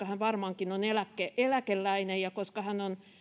hän varmaankin on eläkeläinen ja koska hän on